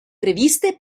previste